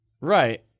Right